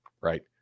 right